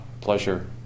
pleasure